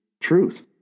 truth